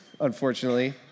unfortunately